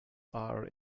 are